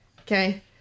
okay